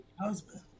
husband